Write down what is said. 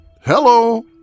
Hello